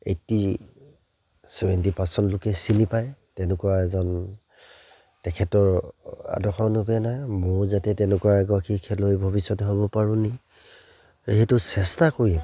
এইটি seventy percent লোকে চিনি পায় তেনেকুৱা এজন তেখেতৰ আদৰ্শ অনুপ্ৰেৰণাই ময়ো যাতে তেনেকুৱা এগৰাকী খেলুৱৈ ভৱিষ্যতে হ'ব পাৰোঁ নেকি সেইটো চেষ্টা কৰিম